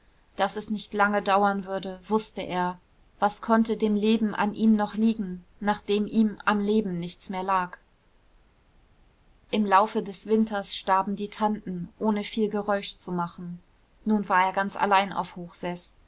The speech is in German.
daß es nicht lange dauern würde wußte er was konnte dem leben an ihm noch liegen nachdem ihm am leben nichts mehr lag im laufe des winters starben die tanten ohne viel geräusch zu machen nun war er ganz allein auf hochseß